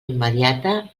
immediata